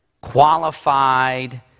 qualified